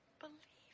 believe